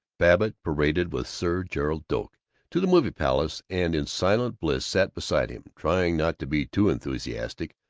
babbitt paraded with sir gerald doak to the movie palace and in silent bliss sat beside him, trying not to be too enthusiastic,